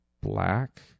black